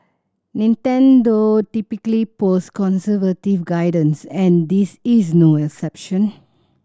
Nintendo typically posts conservative guidance and this is no exception